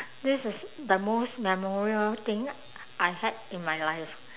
this is the most memorial thing I had in my life